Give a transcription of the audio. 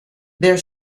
their